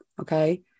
Okay